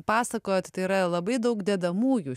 pasakojat tai yra labai daug dedamųjų